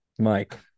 Mike